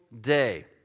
day